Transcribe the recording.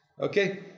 okay